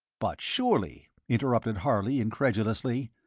but surely, interrupted harley, incredulously,